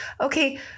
Okay